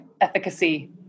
efficacy